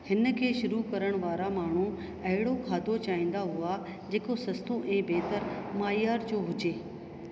हिनखे शुरू करण वारा माण्हू अहिड़ो खाधो चाहिंदा हुआ जेको सस्तो ऐं बहितरु मइयार जो हुजे